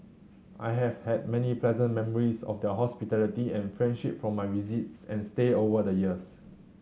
I have had many pleasant memories of their hospitality and friendship from my visits and stay over the years